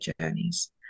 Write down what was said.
journeys